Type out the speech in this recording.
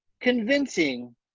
convincing